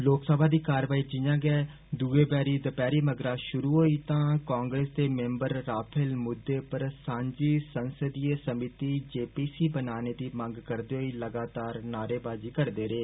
लोकसभा दी कारवाई जियां गै दुए बारी दपैहर मगरा षरु होई तां कांग्रेस दे मैम्बर रफल मुद्दे पर सांझी संसदीय समीति जे पी सी बनाने दी मंग करदे होई लगातार नारेबाजी करदे रेह